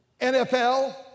NFL